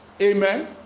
Amen